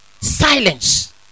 silence